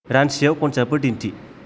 रान्चियाव कन्सार्टफोर दिन्थि